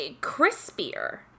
crispier